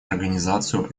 организацию